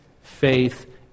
faith